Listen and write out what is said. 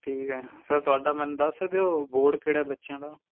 ਠੀਕ ਹੈ ਸਰ ਤੁਹਾਡਾ ਮੈਨੂੰ ਦੱਸ ਸਕਦੇ ਹੋ ਬੋਰਡ ਕਿਹੜਾ ਬੱਚਿਆਂ ਦਾ